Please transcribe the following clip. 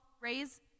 raise